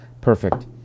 perfect